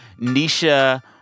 Nisha